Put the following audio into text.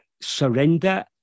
surrender